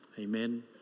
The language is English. Amen